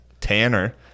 Tanner